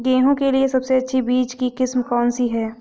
गेहूँ के लिए सबसे अच्छी बीज की किस्म कौनसी है?